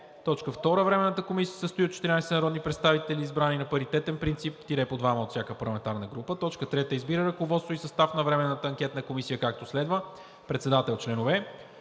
ЕАД. 2. Временната комисия се състои от 14 народни представители, избрани на паритетен принцип – по двама от всяка парламентарна група. 3. Избира ръководство и състав на Временната анкетна комисия, както следва: Председател: … Членове: